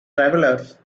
travelers